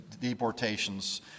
deportations